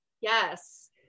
Yes